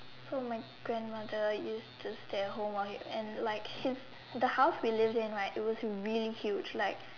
so my grandmother used to stay at home while he and like his the house we lived in like it was really huge like